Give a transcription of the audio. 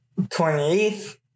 28th